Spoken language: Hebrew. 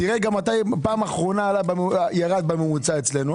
תראה גם מתי פעם אחרונה ירד בממוצע אצלנו.